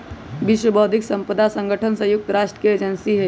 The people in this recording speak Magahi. विश्व बौद्धिक साम्पदा संगठन संयुक्त राष्ट्र के एजेंसी हई